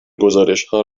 گزارشهای